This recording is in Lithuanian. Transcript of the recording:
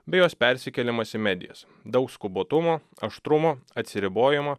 bei jos persikėlimas į medijas daug skubotumo aštrumo atsiribojimo